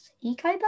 eco